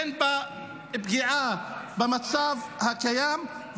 אין בה פגיעה במצב הקיים.